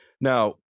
Now